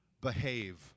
behave